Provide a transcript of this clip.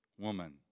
woman